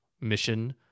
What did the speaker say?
mission